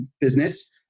business